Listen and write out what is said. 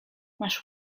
masz